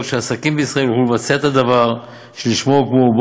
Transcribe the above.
שעסקים בישראל יוכלו לבצע את הדבר שלשמו הוקמו,